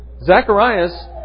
Zacharias